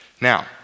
Now